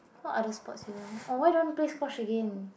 what other sports you know oh why don't play squash again